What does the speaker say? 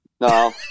No